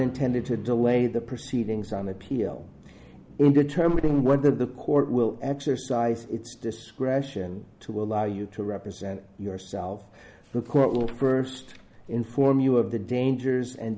intended to delay the proceedings on the pill in determining whether the court will exercise its discretion to allow you to represent yourself the court will first inform you of the dangers and